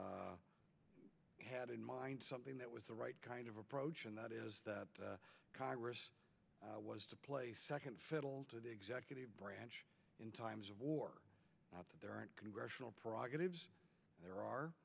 fathers had in mind something that was the right kind of approach and that is that congress was to play second fiddle to the executive branch in times of war not that there aren't congressional prerogatives there are